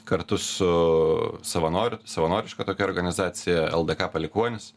kartu su savanorių savanoriška tokia organizacija ldk palikuonys